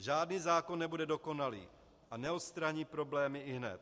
Žádný zákon nebude dokonalý a neodstraní problémy ihned.